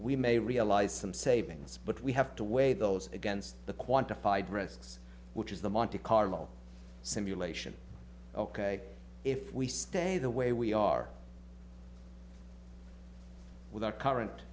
we may realize some savings but we have to weigh those against the quantified risks which is the monte carlo simulation ok if we stay the way we are with our current